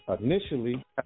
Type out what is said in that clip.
Initially